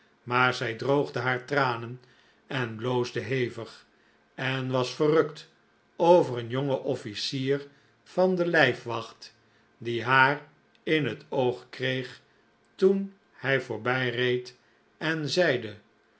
maar zij droogde haar tranen en bloosde hevig en was verrukt over een jongen offlcier van de lijfwacht die haar in het oog kreeg toen hij voorbij reed en zeide